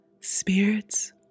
Spirits